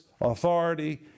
authority